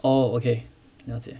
oh okay 了解